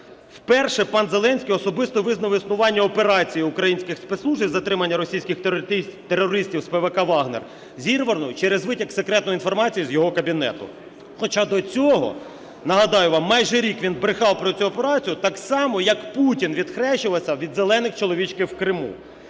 Вперше пан Зеленський особисто визнав існування операції українських спецслужб із затримання російських терористів з ПВК "Вагнер", зірвану через витік секретної інформації з його кабінету. Хоча до цього, нагадаю вам, майже рік він брехав про цю операцію так само, як Путін відхрещувався від "зелених чоловічків" у Криму.